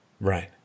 Right